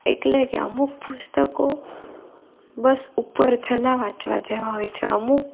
એટલે કે અમુક પુસ્તકો બસ ઉપર છલ્લા વાંચવા જેવા હોય છે અમુક